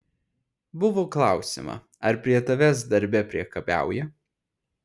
buvo klausiama ar prie tavęs darbe priekabiauja